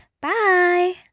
bye